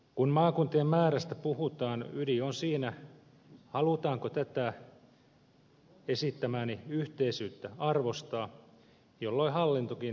kun maakuntien määrästä puhutaan ydin on siinä halutaanko tätä esittämääni yhteisyyttä arvostaa jolloin hallintokin puhaltaa yhteen hiileen